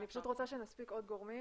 אני פשוט רוצה שנספיק עוד גורמים,